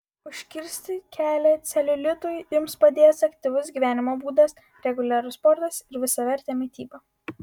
užkirsti kelią celiulitui jums padės aktyvus gyvenimo būdas reguliarus sportas ir visavertė mityba